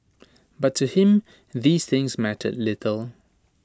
but to him these things mattered little